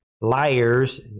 liars